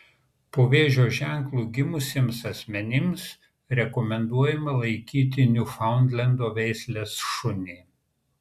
po vėžio ženklu gimusiems asmenims rekomenduojama laikyti niufaundlendo veislės šunį